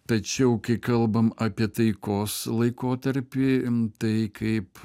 tačiau kai kalbam apie taikos laikotarpį tai kaip